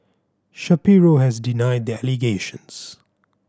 Shapiro has denied the allegations